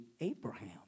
Abraham